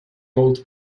old